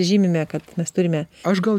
žymime kad mes turime aš gal